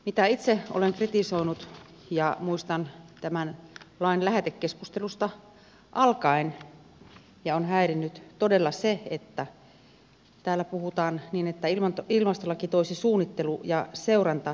mitä itse olen kritisoinut ja muistan tämän lain lähetekeskustelusta alkaen ja on häirinnyt todella se että täällä puhutaan niin että ilmastolaki toisi suunnittelu ja seurantajärjestelmän